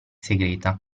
segreta